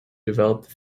developed